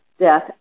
death